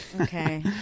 Okay